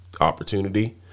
opportunity